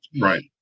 Right